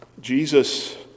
Jesus